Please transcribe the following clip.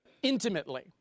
intimately